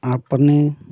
अपने